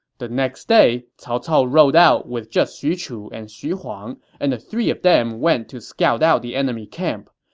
the next day, cao cao rode out with just xu chu and xu huang, and the three of them went to scout out the enemy camp.